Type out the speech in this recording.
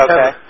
Okay